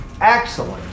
excellent